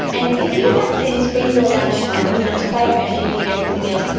and if you have to then spend your lunchtime, in amongst playground duty and everything else,